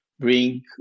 bring